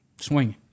Swinging